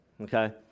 Okay